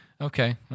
Okay